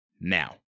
now